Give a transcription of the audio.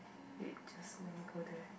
wait just let me go there